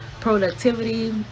productivity